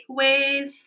takeaways